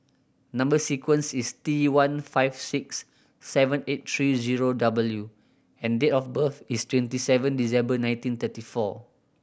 number sequence is T one five six seven eight three zero W and date of birth is twenty seven December nineteen thirty four